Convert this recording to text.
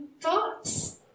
thoughts